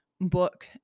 book